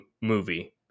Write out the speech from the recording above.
movie